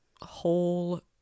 whole